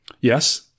Yes